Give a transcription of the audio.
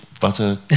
butter